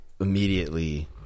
immediately